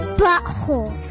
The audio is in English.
butthole